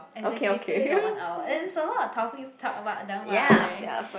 exactly so you got one hour is a lot of topics talk about don't worry